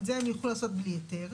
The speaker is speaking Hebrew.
את זה הם יוכלו לעשות בלי היתר,